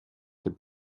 деп